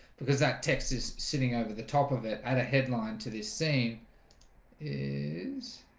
because that text is sitting over the top of it add a headline to this scene is